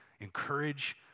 encourage